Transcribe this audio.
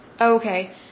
Okay